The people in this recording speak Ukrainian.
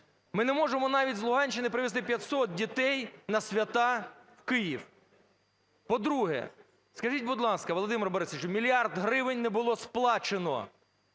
Ми не можемо навіть з Луганщини привести 500 дітей на свята в Київ. По-друге, скажіть, будь ласка, Володимире Борисовичу, мільярд гривень не було сплачено